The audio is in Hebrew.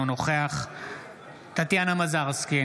אינו נוכח טטיאנה מזרסקי,